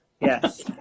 yes